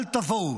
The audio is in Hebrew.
אל תבואו.